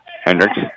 Hendricks